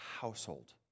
household